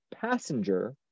passenger